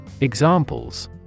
Examples